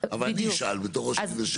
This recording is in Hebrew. אבל אני אשאל בתור ראש עיר לשעבר.